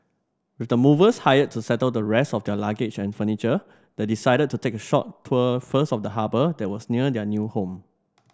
with the movers hired to settle the rest of their luggage and furniture they decided to take a short tour first of the harbour that was near their new home